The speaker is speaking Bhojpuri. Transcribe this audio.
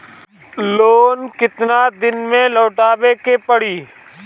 लोन केतना दिन में लौटावे के पड़ी?